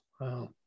Wow